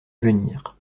venir